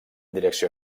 direcció